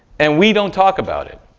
and we don't talk about it.